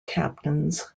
captains